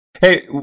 Hey